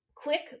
quick